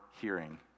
hearing